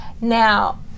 now